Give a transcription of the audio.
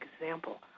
example